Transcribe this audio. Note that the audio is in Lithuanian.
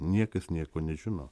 niekas nieko nežino